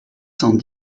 cent